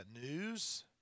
news